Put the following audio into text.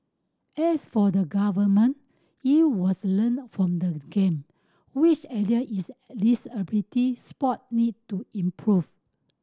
as for the Government it was learnt from the Game which area is disability sport need to improved